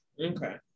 Okay